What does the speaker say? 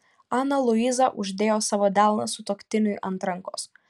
ana luiza uždėjo savo delną sutuoktiniui ant rankos